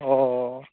অঁ অঁ